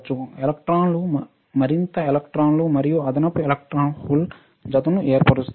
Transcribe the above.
ఎలక్ట్రాన్లు మరింత ఎలక్ట్రాన్లు మరియు అదనపు ఎలక్ట్రాన్ హోల్ జతను ఏర్పరుస్తాయి